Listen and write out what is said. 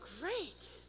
great